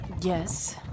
Yes